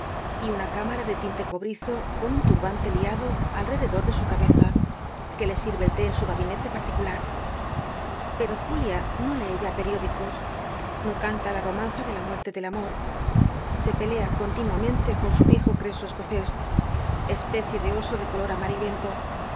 y una camarma de tinte cobrizo t on un tlll'hante liado alrededor de su cabeza jue le sil'l'e el té en su gabinete particular pero julia no lec yn pcriódicos no canta la romam a de la muerte del amor se pelea continuamente t on su viejo cr eso escocés especie de oso de color amarillento